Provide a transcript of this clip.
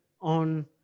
on